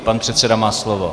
Pan předseda má slovo.